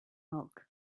bulk